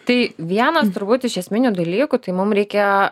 tai vienas turbūt iš esminių dalykų tai mum reikia